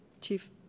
Chief